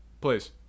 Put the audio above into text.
Please